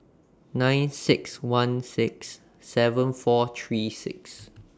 nine six one six seven four three six